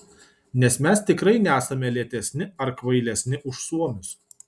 nes mes tikrai nesame lėtesni ar kvailesni už suomius